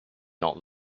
not